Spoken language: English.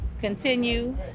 continue